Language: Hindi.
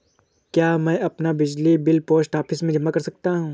क्या मैं अपना बिजली बिल पोस्ट ऑफिस में जमा कर सकता हूँ?